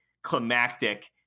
Climactic